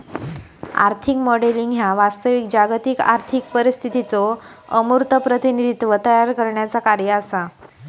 आर्थिक मॉडेलिंग ह्या वास्तविक जागतिक आर्थिक परिस्थितीचो अमूर्त प्रतिनिधित्व तयार करण्याचा कार्य असा